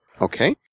Okay